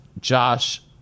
Josh